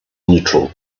neutral